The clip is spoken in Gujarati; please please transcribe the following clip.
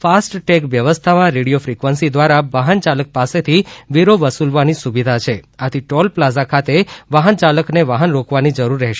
ફાસ્ટેગ વ્યવસ્થામાં રેડિયો ફ્રીકવન્સી દ્વારા વાહન ચાલક પાસેથી વેરો વસૂલવાની સુવિધા છે આથી ટોલ પ્લાઝા ખાતે વાહન યાલકને વાહન રોકવાની જરૂર રહેશે નહિ